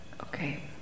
Okay